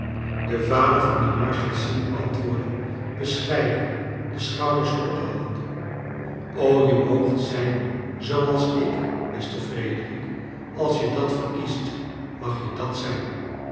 de vader van de marshalsea antwoordde bescheiden de schouders ophalende oû je moogt zijn zooals ik beste frederick als je dat verkiest mag je dat zijn